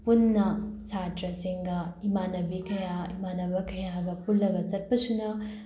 ꯄꯨꯟꯅ ꯁꯥꯇ꯭ꯔꯁꯤꯡꯒ ꯏꯃꯥꯟꯅꯕꯤ ꯀꯌꯥ ꯏꯃꯥꯟꯅꯕ ꯀꯌꯥꯒ ꯄꯨꯜꯂꯒ ꯆꯠꯄꯁꯤꯅ